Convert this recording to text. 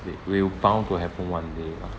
will bound to happen one day ah